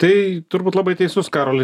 tai turbūt labai teisus karoli